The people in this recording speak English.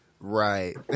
Right